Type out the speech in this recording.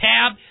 tab